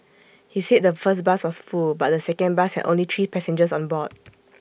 he said the first bus was full but the second bus had only three passengers on board